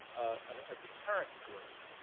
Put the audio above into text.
a deterrent force,